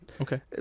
Okay